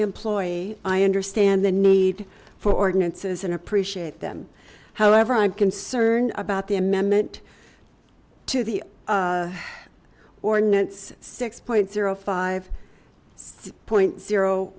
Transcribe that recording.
employee i understand the need for ordinances and appreciate them however i'm concerned about the amendment to the ordinance six point zero five six point zero